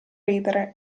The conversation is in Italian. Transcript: ridere